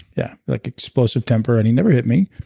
yeah, like explosive temper. and he never hit me,